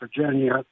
Virginia